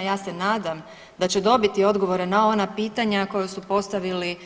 Ja se nadam da će dobiti odgovore na ona pitanja koja su postavili